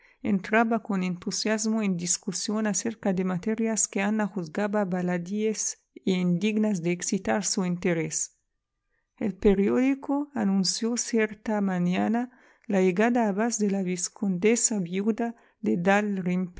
entraba con entusiasmo en discusión acerca de materias que ana juzgaba baladíes e indignas de excitar su interés el periódico anunció cierta mañana la llegada a bath de la vizcondesa viuda de